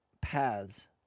paths